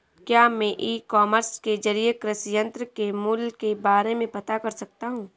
क्या मैं e commerce के ज़रिए कृषि यंत्र के मूल्य के बारे में पता कर सकता हूँ?